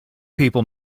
people